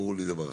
ברור לי דבר אחד.